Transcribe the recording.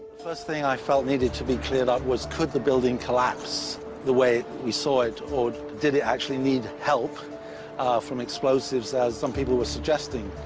first thing i felt needed to be cleared up was could the building collapse the way we saw it, or did it actually need help from explosives, as some people were suggesting?